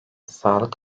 sağlık